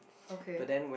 okay